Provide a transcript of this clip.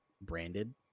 branded